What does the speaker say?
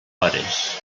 hores